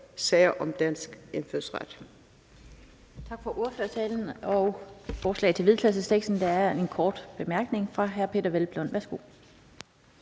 sager om dansk indfødsret.«